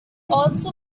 also